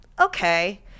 okay